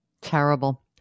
Terrible